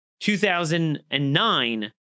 2009